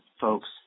folks